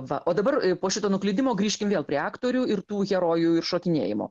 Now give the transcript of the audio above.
va o dabar po šito nuklydimo grįžkim vėl prie aktorių ir tų herojų ir šokinėjimo